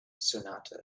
sonata